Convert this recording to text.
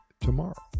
tomorrow